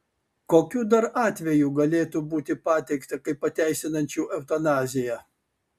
kokių dar atvejų galėtų būti pateikta kaip pateisinančių eutanaziją